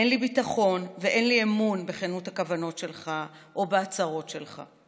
אין לי ביטחון ואין לי אמון בכנות הכוונות שלך או בהצהרות שלך.